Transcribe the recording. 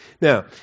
Now